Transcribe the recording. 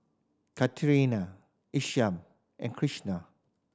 Katharine Isham and Kristian